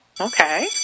Okay